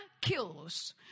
kills